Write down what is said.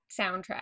soundtrack